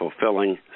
fulfilling